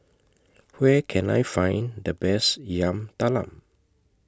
Where Can I Find The Best Yam Talam